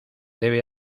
debe